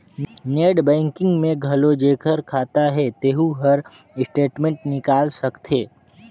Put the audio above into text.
net banking में घलो जेखर खाता हे तेहू हर स्टेटमेंट निकाल सकथे